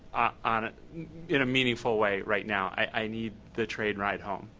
ah in a meaningful way right now. i need the train ride home.